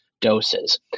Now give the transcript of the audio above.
doses